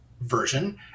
version